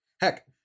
Heck